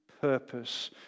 purpose